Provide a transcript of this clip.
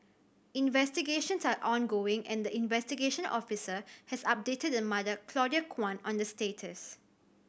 investigations are ongoing and the investigation officer has updated the mother Claudia Kwan on the status